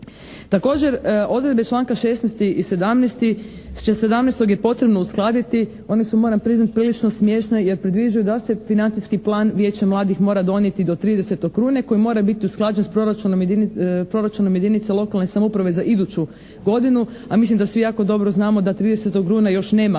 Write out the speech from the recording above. Također odredbe članka 16. i 17., što se tiče 17. je potrebno uskladiti, oni su moram priznati prilično smiješni jer predviđaju da se financijski plan Vijeća mladih mora donijeti do 30. rujna, koji mora biti usklađen s proračunom jedinica lokalne samouprave za iduću godinu. A mislim da svi jako dobro znamo da 30. rujna još nema